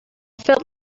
felt